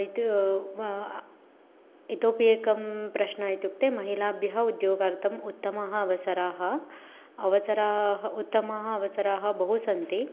इति वा इतोपि एकः प्रश्नः इत्युक्ते महिलाभ्यः उद्योगार्थम् उत्तमः अवसरः अवसराः उत्तमाः अवसराः बहु सन्ति